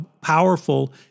powerful